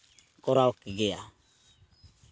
ᱠᱚᱨᱟᱣ ᱠᱮᱜᱮᱭᱟ